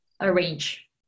arrange